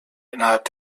innerhalb